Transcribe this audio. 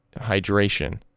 Hydration